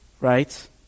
right